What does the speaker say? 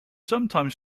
sometimes